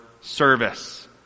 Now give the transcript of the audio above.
service